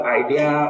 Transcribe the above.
idea